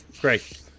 Great